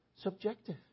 subjective